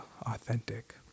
authentic